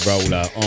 roller